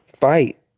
fight